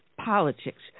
politics